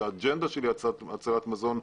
עם האג'נדה של הצלת מזון,